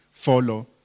Follow